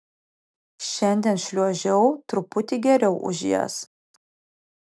šiandien šliuožiau truputį geriau už jas